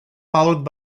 followed